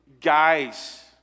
guys